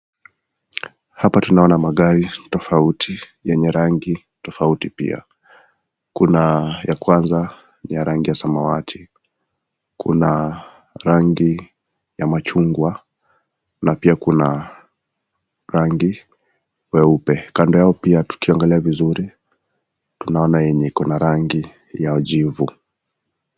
Hapa tunaona magari tofauti yenye rangi tofauti pia, Kuna ya kwanza ya rangi ya samawati, Kuna rangi ya machungwa na pia kando Kuna rangi weupe kando yao pia tukiangalia tunaonakuna rangi ya jivu.